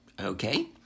okay